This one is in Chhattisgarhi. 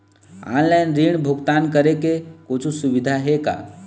ऑनलाइन ऋण भुगतान करे के कुछू सुविधा हे का?